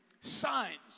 Signs